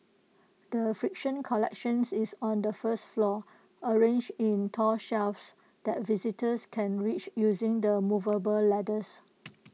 the friction collection is on the first floor arranged in tall shelves that visitors can reach using the movable ladders